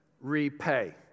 repay